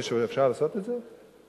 אפשר לעשות את זה?